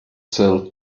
sell